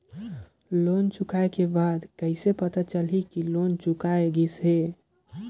Loan चुकाय के बाद कइसे पता चलही कि लोन चुकाय गिस है?